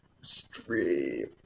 Stream